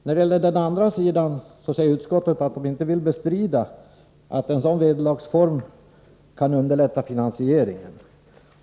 Å andra sidan säger utskottet att det inte vill bestrida att en sådan vederlagsform kan underlätta finansieringen.